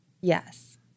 Yes